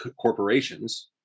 corporations